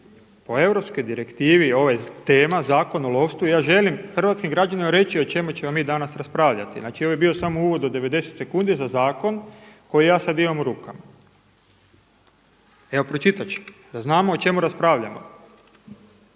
o europskoj direktivi i ova tema Zakona o lovstvu i ja želim hrvatskim građanima reći o čemu ćemo mi danas raspravljati. Znači ovo je bio samo uvod od 90 sekundi za zakon koji ja sada imam u rukama. Evo pročitat ću da znamo o čemu raspravljamo.